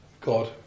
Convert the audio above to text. God